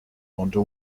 wonder